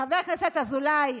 חבר הכנסת אזולאי,